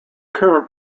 current